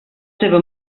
seva